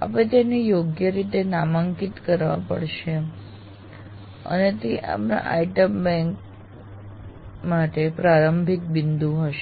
આપે તેને યોગ્ય રીતે નામાંકિત કરવા પડશે અને તે આપના આઇટમ બેંક માટે પ્રારંભિક બિંદુ હશે